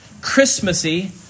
Christmassy